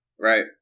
right